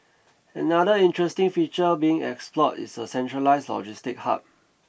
another interesting feature being explored is a centralised logistics hub